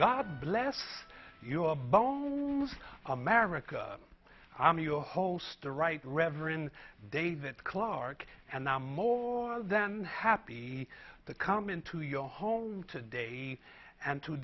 god bless you of both america i'm your host the right reverend david clark and i'm more than happy to come into your home today and to